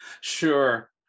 Sure